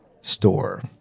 store